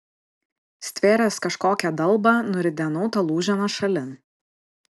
stvėręs kažkokią dalbą nuridenau tą lūženą šalin